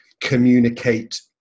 communicate